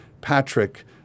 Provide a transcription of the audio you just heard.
Patrick